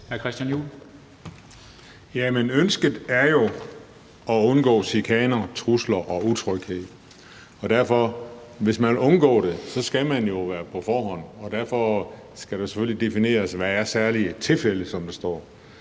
ønsket er jo at undgå chikaner, trusler og utryghed, og hvis man vil undgå det, skal det jo gøres på forhånd. Derfor skal det selvfølgelig defineres, hvad der er særlige tilfælde, som der står,